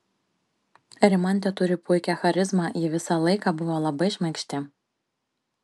rimantė turi puikią charizmą ji visą laiką buvo labai šmaikšti